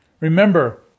Remember